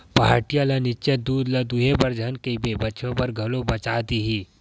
पहाटिया ल निच्चट दूद ल दूहे बर झन कहिबे बछवा बर घलो बचा देही